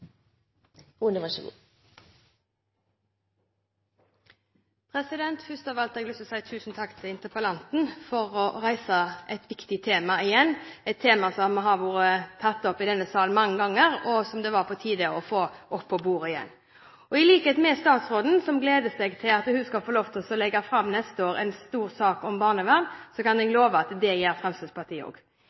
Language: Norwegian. Først vil jeg si tusen takk til interpellanten for å reise et viktig tema igjen. Det er et tema som har vært tatt opp i denne salen mange ganger, og som det var på tide å få opp på bordet igjen. Statsråden gleder seg til at hun skal få lov til å legge fram en stor sak om barnevern til neste år. Jeg kan love at det gjør Fremskrittspartiet også. Er det en sak som har vært etterlyst og